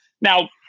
Now